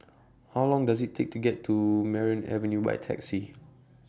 How Long Does IT Take to get to Merryn Avenue By Taxi